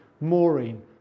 Maureen